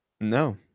No